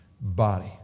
body